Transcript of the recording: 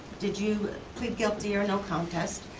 did you plead guilty or and no contest.